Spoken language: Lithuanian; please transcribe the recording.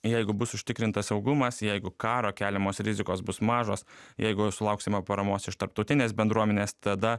jeigu bus užtikrintas saugumas jeigu karo keliamos rizikos bus mažos jeigu sulauksime paramos iš tarptautinės bendruomenės tada